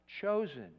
chosen